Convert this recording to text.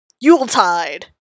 Yuletide